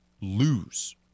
lose